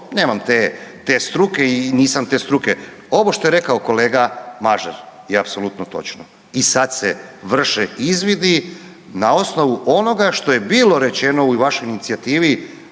nemam te struke i nisam te struke. Ovo što je rekao kolega Mažar je apsolutno točno. I sad se vrše izvidi na osnovu onoga što je bilo rečeno u vašoj inicijativi